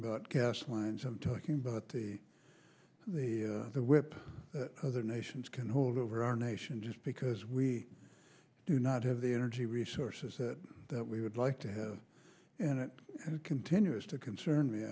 about gas lines i'm talking about the the the whip other nations can hold over our nation just because we do not have the energy resources that we would like to have and it continues to concern me